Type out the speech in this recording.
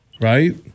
right